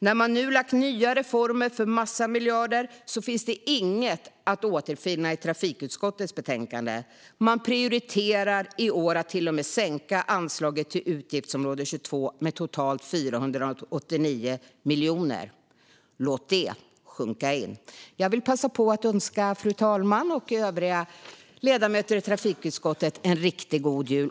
När man nu har lagt nya reformer för en massa miljarder finns det inget att återfinna i trafikutskottets betänkande. Man prioriterar i år att till och med sänka anslaget till utgiftsområde 22 med totalt 489 miljoner. Låt det sjunka in! Jag vill passa på att önska fru talmannen och övriga ledamöter i trafikutskottet en riktigt god jul.